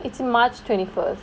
it's march twenty first